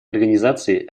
организации